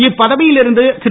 இப்பதவியில் இருந்த திரு